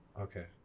Okay